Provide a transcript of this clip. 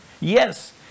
Yes